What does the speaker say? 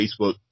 Facebook